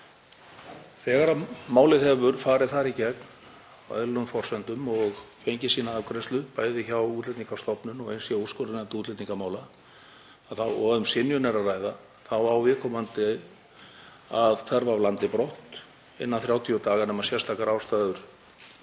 Þegar málið hefur farið þar í gegn á eðlilegum forsendum og fengið sína afgreiðslu, bæði hjá Útlendingastofnun og hjá úrskurðarnefnd útlendingamála, og um synjun er að ræða, á viðkomandi að hverfa af landi brott innan 30 daga nema sérstakar ástæður